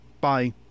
Bye